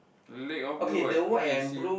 leg all blue what how you see